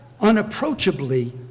unapproachably